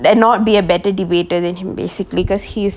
there not be a better debater then him basically because he is